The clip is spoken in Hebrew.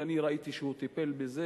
ואני ראיתי שהוא טיפל בזה.